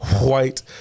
white